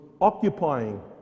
occupying